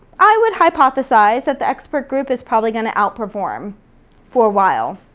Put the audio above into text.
i would hypothesize that the expert group is probably gonna outperform for a while.